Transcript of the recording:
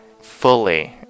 fully